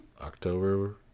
October